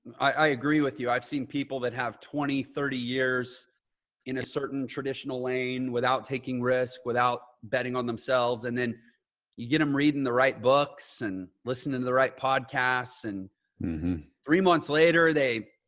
i agree with you. i've seen people that have twenty, thirty years in a certain traditional lane without taking risks, without betting on themselves. and then you get them reading the right books and listening to the right podcasts. and three months later, they